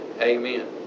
Amen